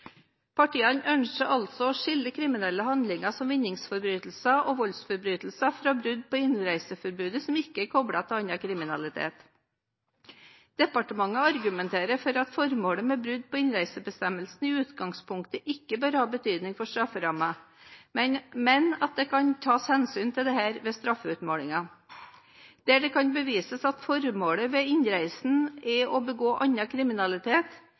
Partiene ønsker altså å skille kriminelle handlinger, som vinningsforbrytelser og voldsforbrytelser, fra brudd på innreiseforbudet som ikke er koblet til annen kriminalitet. Justis- og beredskapsdepartementet argumenterer for at formålet med brudd på innreisebestemmelsen i utgangspunktet ikke bør ha betydning for strafferammen, men at det kan tas hensyn til dette ved straffeutmålingen. Der det kan bevises at formålet med innreisen er å begå annen kriminalitet,